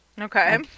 Okay